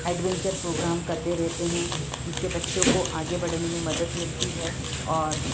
adventure programme करते रहते हैं जिससे बच्चों को आगे बढ़ने में मदद मिलती है और